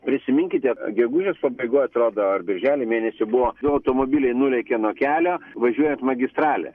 prisiminkite gegužės pabaigoj atrodo ar birželio mėnesį buvo du automobiliai nulėkė nuo kelio važiuojant magistrale